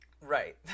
Right